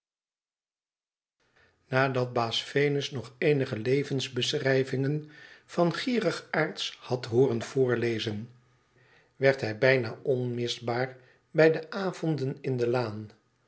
nadat baas venus nog eenige levensbeschrijvingen van gierigaards had hooren voorlezen werd hij bijna onmisbaar bij de avonden in de laan